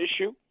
issue